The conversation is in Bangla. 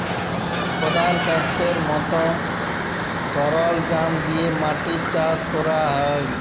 কদাল, ক্যাস্তের মত সরলজাম দিয়ে মাটি চাষ ক্যরা হ্যয়